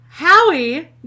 Howie